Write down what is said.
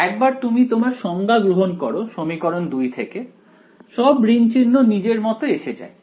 একবার তুমি তোমার সংজ্ঞা গ্রহণ করো সমীকরণ 2 থেকে সব ঋণ চিহ্ন নিজের মত এসে যায়